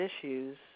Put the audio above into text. issues